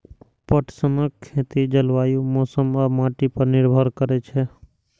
पटसनक खेती जलवायु, मौसम आ माटि पर निर्भर करै छै